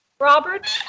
Robert